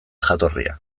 jatorria